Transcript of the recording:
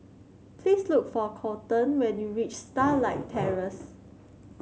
please look for Kolton when you reach Starlight Terrace